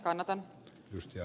arvoisa puhemies